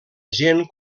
gent